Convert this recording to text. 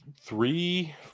Three